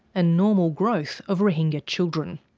and normal growth of rohingya children.